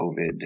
COVID